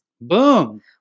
boom